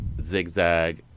zigzag